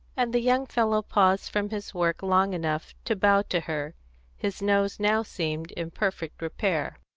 and the young fellow paused from his work long enough to bow to her his nose now seemed in perfect repair.